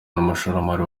n’umushoramari